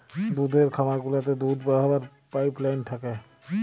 দুহুদের খামার গুলাতে দুহুদ দহাবার পাইপলাইল থ্যাকে